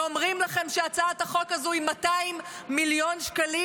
ואומרים לכם שהצעת החוק הזו היא 200 מיליון שקלים,